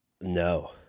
No